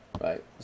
right